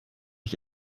ich